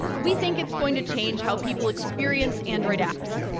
we think it's going to change how people experience android apps,